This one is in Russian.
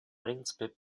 принципе